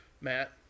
Matt